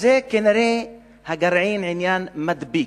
כנראה הגרעין הוא עניין מידבק.